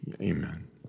Amen